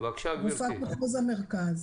כפי שפתחת,